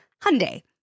Hyundai